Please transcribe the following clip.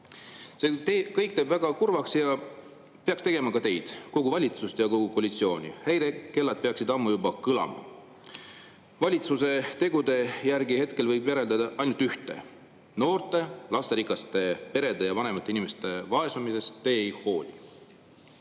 kõik teeb väga kurvaks ja peaks [kurvaks] tegema ka teid, kogu valitsust ja kogu koalitsiooni. Häirekellad peaksid juba ammu kõlama. Valitsuse tegudest võib hetkel järeldada ainult ühte: noorte, lasterikaste perede ja vanemate inimeste vaesumisest te ei hooli.